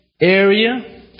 area